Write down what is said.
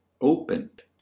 opened